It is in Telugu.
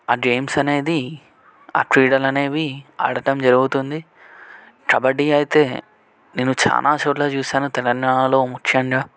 ఆ గేమ్స్ అనేది ఆ క్రీడలనేవి ఆడటం జరుగుతుంది కబడ్డీ అయితే నేను చాలా చోట్ల చూసాను తెలంగాణలో ముఖ్యంగా